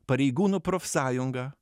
pareigūnų profsąjunga